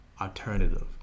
alternative